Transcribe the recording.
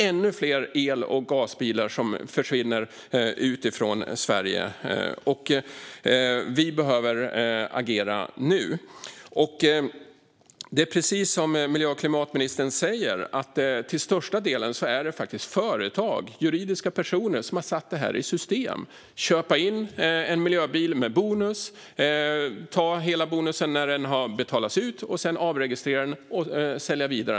Ännu fler el och gasbilar försvinner ut från Sverige. Vi behöver agera nu. Precis som miljö och klimatministern säger är det till största delen företag, juridiska personer, som har satt detta i system. De köper in en miljöbil med bonus, tar hela bonusen när den har betalats ut och avregistrerar sedan bilen och säljer den vidare.